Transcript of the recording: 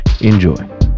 Enjoy